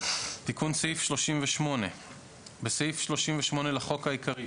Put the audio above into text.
תיקון סעיף 38 6. בסעיף 38 לחוק העיקרי,